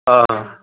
آ